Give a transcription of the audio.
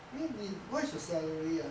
eh 你 what's your salary ah